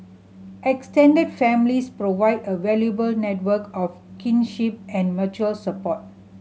extended families provide a valuable network of kinship and mutual support